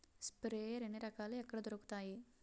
Sprayer ఎన్ని రకాలు? ఎక్కడ దొరుకుతాయి?